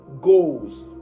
goals